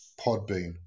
Podbean